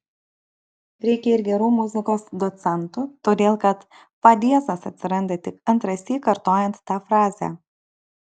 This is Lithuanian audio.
reikia ir gerų muzikos docentų todėl kad fa diezas atsiranda tik antrąsyk kartojant tą frazę